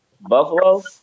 Buffalo